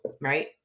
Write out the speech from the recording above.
right